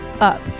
up